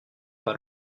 pas